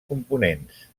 components